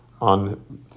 on